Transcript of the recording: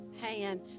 hand